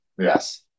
Yes